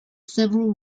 several